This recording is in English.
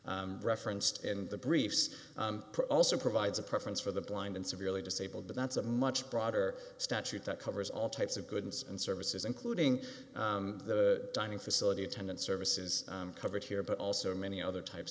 referenced in the briefs also provides a preference for the blind and severely disabled but that's a much broader statute that covers all types of goods and services including the dining facility attendant services covered here but also many other types